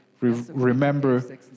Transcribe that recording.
remember